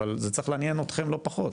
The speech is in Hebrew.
אבל זה צריך לעניין אתכם לא פחות.